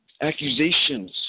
Accusations